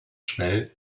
schnell